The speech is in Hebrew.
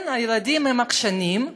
כן, הילדים הם עקשנים,